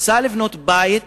רצה לבנות בית